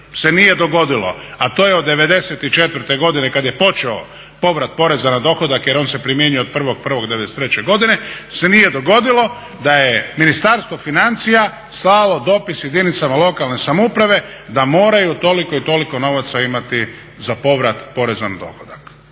se nije dogodilo, a to je od '94. godine kad je počeo povrat poreza na dohodak jer on se primjenjuje od 1.1.'93. godine se nije dogodilo da je Ministarstvo financija slalo dopis jedinicama lokalne samouprave da moraju toliko i toliko novaca imati za povrat poreza na dohodak.